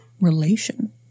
relation